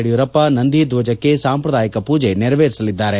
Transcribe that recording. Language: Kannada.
ಯಡಿಯೂರಪ್ಪ ನಂದಿ ಧ್ವಜಕ್ಕೆ ಸಾಂಪ್ರದಾಯಿಕ ಪೂಜೆ ನೆರವೇರಿಸಲಿದ್ದಾರೆ